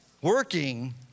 working